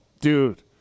dude